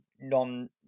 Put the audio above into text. non